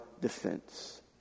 defense